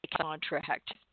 contract